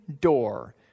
door